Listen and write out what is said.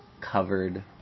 covered